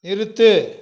நிறுத்து